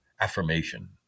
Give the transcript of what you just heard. affirmation